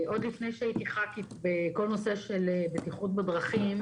עוד לפני שהייתי ח"כית בכל הנושא של בטיחות בדרכים,